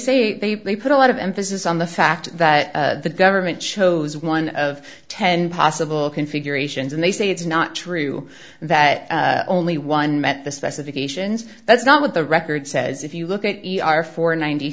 say they put a lot of emphasis on the fact that the government chose one of ten possible configurations and they say it's not true that only one met the specifications that's not what the record says if you look at our four